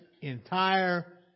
entire